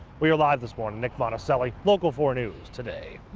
we are live this morning, nick monacelli, local four news today.